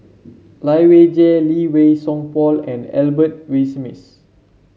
Lai Weijie Lee Wei Song Paul and Albert Winsemius